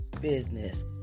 business